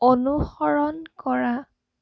অনুসৰণ কৰা